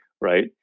right